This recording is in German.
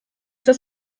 dass